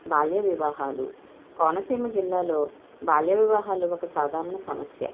బాల్య వివాహాలు కోనసీమ జిల్లాలో బాల్యవివాహాలు ఒక సాధారణ సమస్య